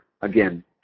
Again